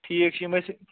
ٹھیٖک چھِ یِم أسۍ